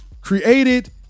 created